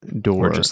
door